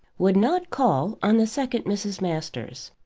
would not call on the second mrs. masters.